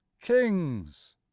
kings